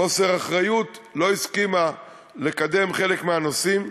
בחוסר אחריות לא הסכימה לקדם חלק מהנושאים,